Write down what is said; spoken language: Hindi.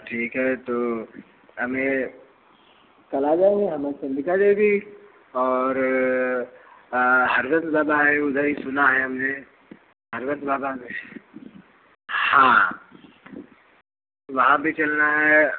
ठीक है तो हमें कल आ जाएंगे हम दीदी और हरमन बाबा है उधर ही सुना है हमने हरमन बाबा हाँ वहाँ भी चलना है